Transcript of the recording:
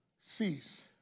cease